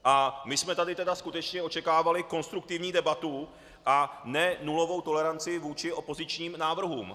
A my jsme tady skutečně očekávali konstruktivní debatu a ne nulovou toleranci vůči opozičním návrhům.